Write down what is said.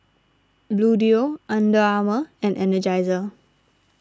Bluedio Under Armour and Energizer